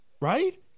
right